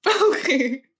Okay